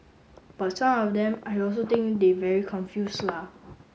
but some of them I also think they very confuse la